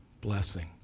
blessing